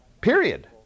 Period